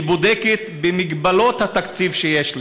היא בודקת במגבלות התקציב שיש לה.